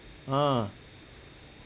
ah